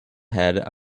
head